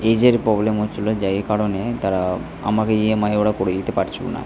এজের প্রবলেম হচ্ছিলো যেই কারণে তারা আমাকে ইএমআই ওরা করে দিতে পারছিলো না